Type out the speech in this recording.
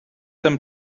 them